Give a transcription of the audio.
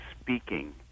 speaking